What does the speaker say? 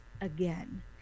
again